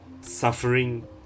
suffering